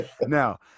Now